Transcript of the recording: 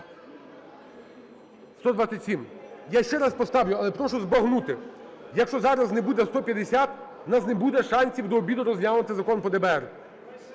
За-127 Я ще раз поставлю, але прошу збагнути: якщо зараз не буде 150, у нас не буде шансів до обіду розглянути Закон про ДБР.